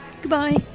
Goodbye